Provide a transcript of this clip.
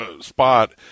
spot